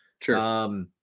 Sure